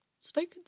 spoken